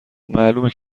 معلومه